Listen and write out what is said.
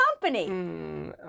company